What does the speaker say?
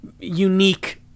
unique